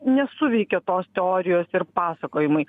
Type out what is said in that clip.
nesuveikė tos teorijos ir pasakojimai